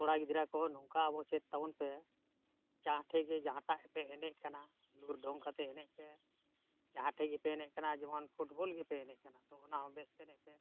ᱠᱚᱲᱟ ᱜᱤᱫᱽᱨᱟᱹ ᱠᱚ ᱱᱚᱝᱠᱟ ᱟᱵᱚ ᱪᱮᱫ ᱛᱟᱵᱚᱱ ᱯᱮ ᱡᱟᱦᱟᱸ ᱴᱷᱮᱱ ᱜᱮ ᱡᱟᱦᱟᱸᱴᱟᱜ ᱯᱮ ᱮᱱᱮᱡ ᱠᱟᱱᱟ ᱞᱩᱨ ᱫᱚᱝ ᱠᱟᱛᱮᱫ ᱮᱱᱮᱡ ᱯᱮ ᱡᱟᱦᱟᱸ ᱴᱷᱮᱱ ᱜᱮᱯᱮ ᱮᱱᱮᱡ ᱠᱟᱱᱟ ᱡᱮᱢᱚᱱ ᱯᱷᱩᱴᱵᱚᱞ ᱜᱮᱯᱮ ᱮᱱᱮᱡ ᱠᱟᱱᱟ ᱛᱚ ᱚᱱᱟ ᱦᱚᱸ ᱵᱮᱥ ᱛᱮ ᱮᱱᱮᱡ ᱯᱮ